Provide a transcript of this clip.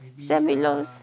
sam willows